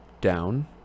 down